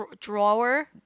Drawer